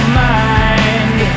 mind